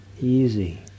easy